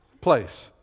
place